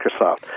Microsoft